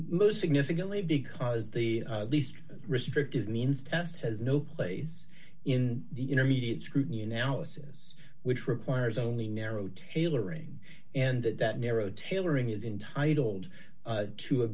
most significantly because the least restrictive means test has no place in the intermediate scrutiny analysis which requires only narrow tailoring and that narrow tailoring is intitled to a